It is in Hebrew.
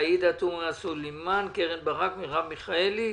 עאידה תומא סלימאן, קרן ברק, מרב מיכאלי.